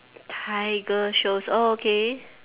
tiger shows oh okay